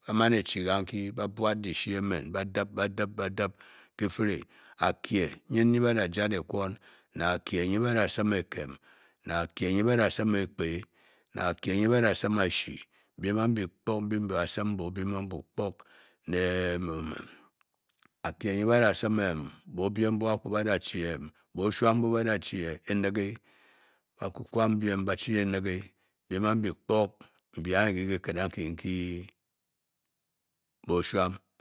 Bǎ maan e-chi gan ki, bǎ buad gishi ě-mèn bǎ dib, bǎ dib, bǎdib, ki fìrè akie nyin nyi bǎ dǎ jaad ekwon. ne akie nyi bǎ da sim Ekem. ne akie nyi bǎ da sim Ekpei. ne akie nyi bǎ da sim Ashi biem ambi kpok mbi be ba-sim ba-o biem ambu kpok ne akie nyi ba da sim bo-o biem mbu a a kwu ba da chii e bo-o shuam mbuu bǎ da-chi e e enighe, bakwam biem ba chi eneghe, biem ambi kpok, mbi anyi ke ki ked an kii nkii bo-o shuam